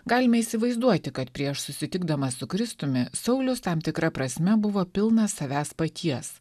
galime įsivaizduoti kad prieš susitikdamas su kristumi saulius tam tikra prasme buvo pilnas savęs paties